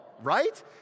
right